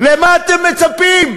לְמה אתם מצפים?